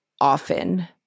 often